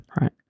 right